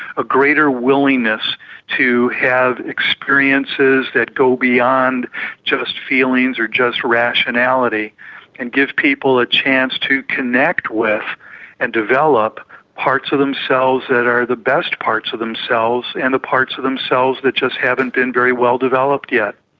a greater willingness to have experiences that go beyond just feelings or just rationality and give people a chance to connect with and develop parts of themselves that are the best parts of themselves, and the parts of themselves that just haven't been very well developed yet.